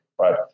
right